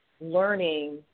learning